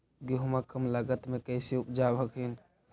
गेहुमा कम लागत मे कैसे उपजाब हखिन?